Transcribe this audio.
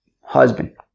husband